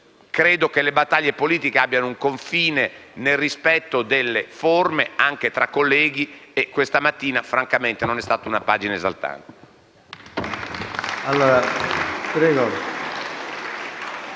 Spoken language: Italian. credo che le stesse abbiano un confine nel rispetto delle forme anche tra colleghi e questa mattina francamente non è stata scritta una pagina esaltante.